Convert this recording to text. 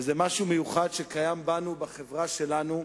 זה משהו מיוחד שקיים בנו, בחברה שלנו.